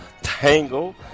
Tangle